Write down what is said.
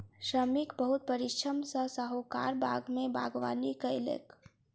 श्रमिक बहुत परिश्रम सॅ साहुकारक बाग में बागवानी कएलक